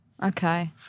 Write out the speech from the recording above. Okay